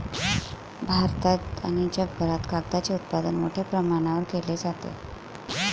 भारतात आणि जगभरात कागदाचे उत्पादन मोठ्या प्रमाणावर केले जाते